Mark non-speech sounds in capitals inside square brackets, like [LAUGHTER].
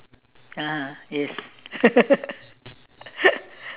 (uh huh) yes [LAUGHS]